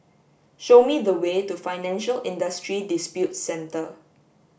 show me the way to Financial Industry Disputes Center